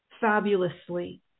fabulously